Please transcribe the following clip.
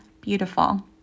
beautiful